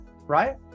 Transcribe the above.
right